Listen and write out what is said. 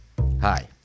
Hi